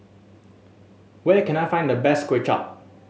where can I find the best Kuay Chap